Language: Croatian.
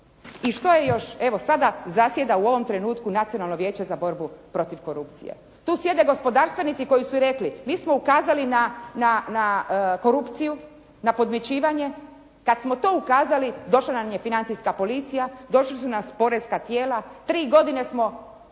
I što je još, evo sada zasjeda u ovom trenutku Nacionalno vijeće za borbu protiv korupcije. Tu sjede gospodarstvenici koji su rekli: “Mi smo ukazali na korupciju, na podmićivanje.“ Kad smo to ukazali došla nam je financijska policija, došli su nam poreska tijela. Tri godine su